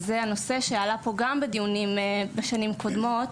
זה הנושא שאנחנו גם בדיונים משנים קודמות,